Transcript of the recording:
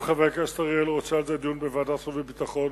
אם חבר הכנסת אריאל רוצה דיון בוועדת החוץ והביטחון,